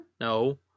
no